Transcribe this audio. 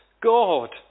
God